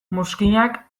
mozkinak